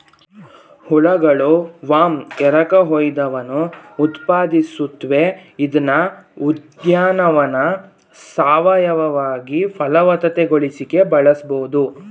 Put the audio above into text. ಹುಳಗಳು ವರ್ಮ್ ಎರಕಹೊಯ್ದವನ್ನು ಉತ್ಪಾದಿಸುತ್ವೆ ಇದ್ನ ಉದ್ಯಾನವನ್ನ ಸಾವಯವವಾಗಿ ಫಲವತ್ತತೆಗೊಳಿಸಿಕೆ ಬಳಸ್ಬೋದು